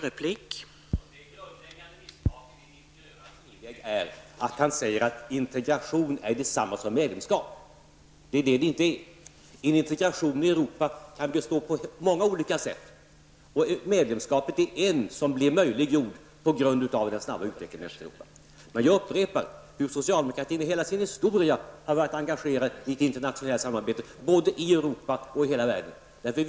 Herr talman! Det grundläggande misstaget i Nic Grönvalls inlägg är att han säger att integration är detsamma som medlemskap. Det är det det inte är. En integration i Europa kan vara av många olika slag, och medlemskapet är ett slag av integration, och det möjliggjordes på grund av den snabba utvecklingen i Östeuropa. Jag upprepar att socialdemokratin under hela sin historia har varit engagerad i ett internationellt samarbete, både i Europa och i världen i övrigt.